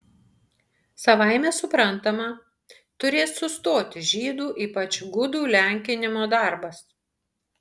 savaime suprantama turės sustoti žydų ypač gudų lenkinimo darbas